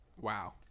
Wow